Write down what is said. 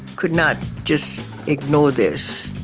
could not just ignore this.